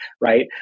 right